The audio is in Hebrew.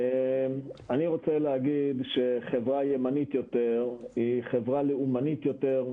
אני רוצה להגיד שחברה ימנית יותר היא חברה לאומנית יותר,